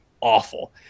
awful